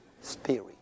spirit